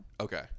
Okay